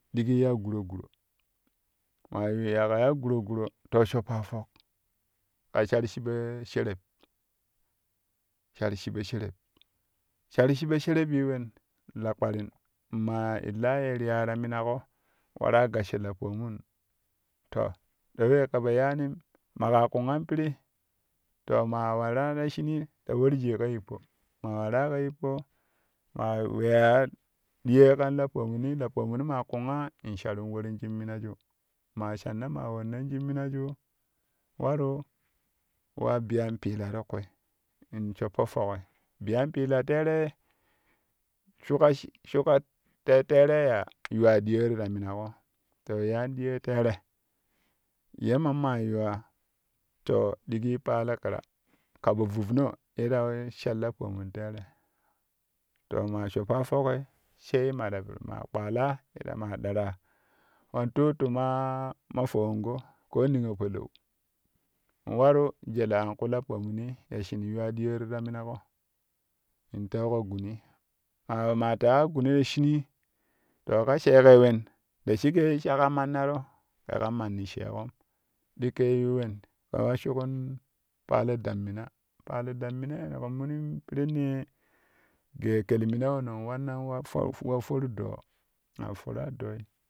Diyi ya guroguro maa yi kaƙo ya guroguro to shoppa fok ka shar shiɓi shereb shar shibo shereb shar shiɓo sherebi wen? La kparin maa illa ye riya ta minaƙo waraa gassho la pomun to doo we kɛ po yaanim maƙa kungan piri to maa waraa ta ohinii ra warjui ka yippo maa waraa ta ohinii ta warjui ka yippo maa waraaa ka yippo ma weya diyo kan lapomuni la pomuni maa kunga sharin worinjun minaju maa shanna maa woranju minaju waru wa biyan piila ti kwi in shopp foki biyan piila teere shuka shuka ten teere ya yuwa diyoo ti ta maniƙo yuwa diyoo teere ye mammaa yuwa to ɗigi paalo ƙira ka po vuuno ye la war shar la pomun teere to maa shoppa foki sai ma ta piri maa kpaala darang maa ɓeraa man tuttu maa ma fowango koo niyo palau in waru jele an kwi la pomuni ya shin yuwa diyoo ti ta minaƙo in teuƙo guni ma maa teƙaƙo guni to ka sheeƙei wen da shiƙe shaka mannato kɛ kan manni sheeƙom ɗikkei yuun wen kɛ wa shugin palin ta mina palin ta mina ya ƙo minin pirenna gee kɛl mina wono wannan wa for doo ma foraa dooi.